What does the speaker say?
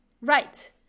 right